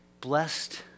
blessed